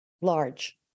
large